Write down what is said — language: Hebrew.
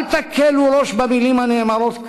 אל תקלו ראש במילים הנאמרות כאן.